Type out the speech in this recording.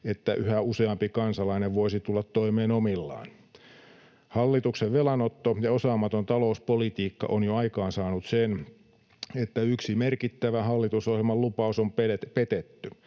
että yhä useampi kansalainen voisi tulla toimeen omillaan. Hallituksen velanotto ja osaamaton talouspolitiikka ovat jo aikaansaaneet sen, että yksi merkittävä hallitusohjelman lupaus on petetty,